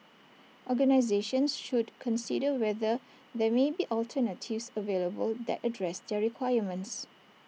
organisations should consider whether there may be alternatives available that address their requirements